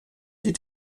sie